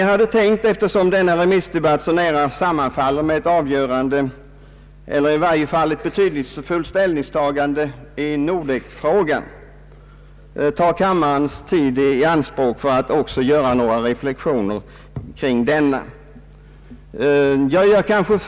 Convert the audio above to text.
Jag vill, eftersom denna remissdebatt i tid så nära sammanfaller i varje fall med ett betydelsefullt ställningstagande i Nordekfrågan, ta kammarens tid i anspråk för några reflexioner kring denna.